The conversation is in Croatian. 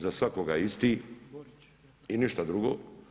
Za svakoga je isti i ništa drugo.